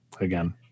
again